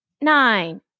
nine